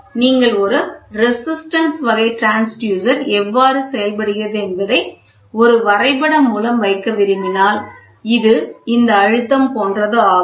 எனவே நீங்கள் ஒரு ரெசிஸ்டன்ஸ் வகை டிரான்ஸ்யூசர் எவ்வாறு செயல்படுகிறது என்பதை ஒரு வரைபடம் மூலம் வைக்க விரும்பினால் இது இந்த அழுத்தம் போன்றது ஆகும்